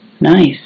Nice